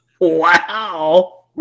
Wow